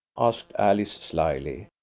asked alice slyly.